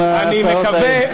עם ההצעות האלה.